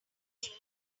little